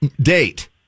date